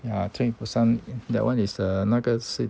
yeah train to busan that one is err 那个是